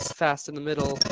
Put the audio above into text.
fast in the middle,